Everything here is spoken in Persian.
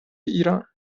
ایران